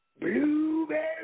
blueberry